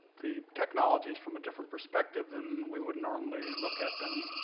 the technologies from a different perspective than we would normally look at them.